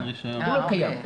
הוא לא קיים.